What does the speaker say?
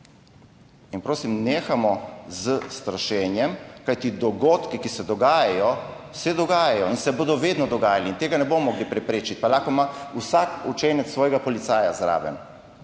In prosim, nehajmo s strašenjem, kajti dogodki, ki se dogajajo, se dogajajo in se bodo vedno dogajali in tega ne bomo mogli preprečiti, pa lahko ima vsak učenec svojega policaja zraven.